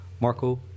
Marco